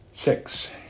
Six